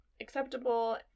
acceptable